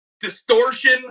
distortion